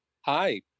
Hi